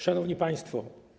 Szanowni Państwo!